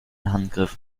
handgriff